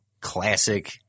classic